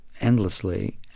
endlessly